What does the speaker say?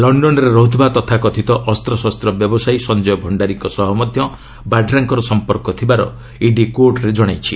ଲଣ୍ଣନରେ ରହୁଥିବା ତଥାକଥିତ ଅସ୍ତଶସ୍ତ ବ୍ୟବସାୟୀ ସଞ୍ଜୟ ଭକ୍ଷାରୀଙ୍କ ସହ ମଧ୍ୟ ବାଡ୍ରାଙ୍କ ସମ୍ପର୍କ ଥିବାର ଇଡି କୋର୍ଟରେ ଜଣାଇଛି